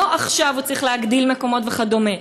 לא צריך עכשיו להגדיל מקומות וכדומה,